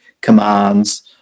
commands